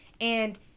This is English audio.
And-